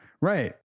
Right